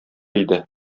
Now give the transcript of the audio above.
иде